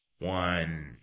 One